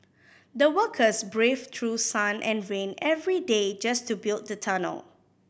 the workers braved through sun and rain every day just to build the tunnel